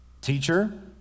Teacher